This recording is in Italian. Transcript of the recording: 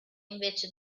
invece